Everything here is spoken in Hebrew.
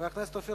חבר הכנסת אופיר